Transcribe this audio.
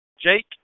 Jake